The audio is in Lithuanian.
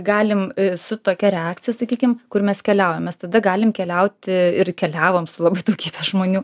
galim su tokia reakcija sakykim kur mes keliaujam mes tada galim keliauti ir keliavom su labai daugybe žmonių